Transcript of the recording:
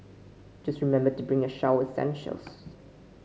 just remember to bring your shower essentials